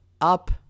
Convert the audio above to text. up